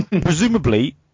presumably